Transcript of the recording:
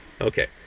okay